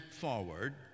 forward